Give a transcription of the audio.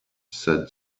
said